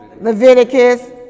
Leviticus